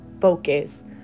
focus